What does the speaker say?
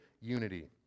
unity